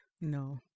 No